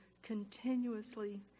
continuously